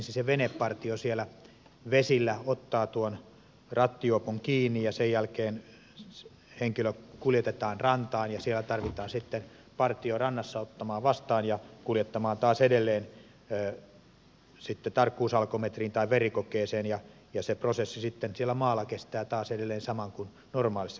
ensin venepartio siellä vesillä ottaa rattijuopon kiinni sen jälkeen henkilö kuljetetaan rantaan ja rannassa tarvitaan sitten partio ottamaan vastaan ja kuljettamaan taas edelleen tarkkuusalkometriin tai verikokeeseen ja se prosessi siellä maalla kestää taas edelleen saman kuin normaalissakin rattijuopumuksessa